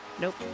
nope